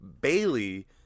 Bailey